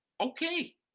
Okay